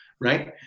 right